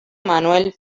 manuel